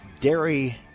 dairy